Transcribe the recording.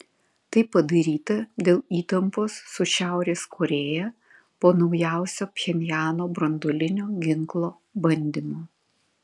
tai padaryta dėl įtampos su šiaurės korėja po naujausio pchenjano branduolinio ginklo bandymo